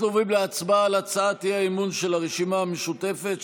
אנחנו עוברים להצבעה על הצעת האי-אמון של הרשימה המשותפת,